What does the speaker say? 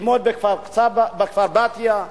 ללמוד בכפר-בתיה,